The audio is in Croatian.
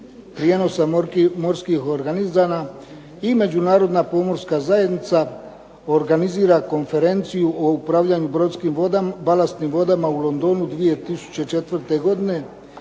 prijenosa morskih organizama i Međunarodna pomorska zajednica organizira Konferenciju o upravljanju balastnim vodama u Londonu 2004. godine